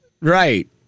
Right